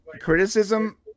criticism